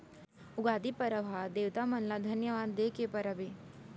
उगादी परब ह देवता मन ल धन्यवाद दे के परब हे